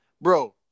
bro